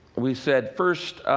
we said, first,